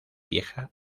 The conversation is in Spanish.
vieja